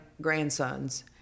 grandsons